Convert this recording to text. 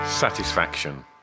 Satisfaction